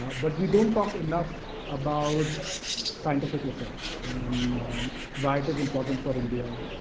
but we don't talk enough about scientific research and why it is important for india.